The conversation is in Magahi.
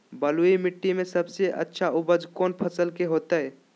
बलुई मिट्टी में सबसे अच्छा उपज कौन फसल के होतय?